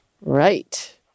Right